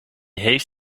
heeft